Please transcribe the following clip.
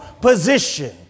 position